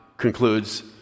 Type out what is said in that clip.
concludes